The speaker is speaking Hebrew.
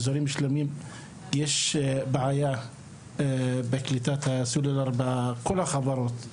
אזורים שלמים יש בעיה בקליטת הסלולר בכל החברות,